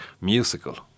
musical